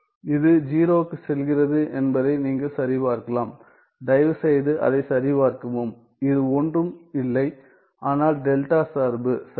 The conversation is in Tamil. இது 0 க்குச் செல்கிறது என்பதை நீங்கள் சரிபார்க்கலாம் தயவுசெய்து அதைச் சரிபார்க்கவும் இது ஒன்றும் இல்லை ஆனால் டெல்டா சார்பு சரியா